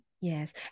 Yes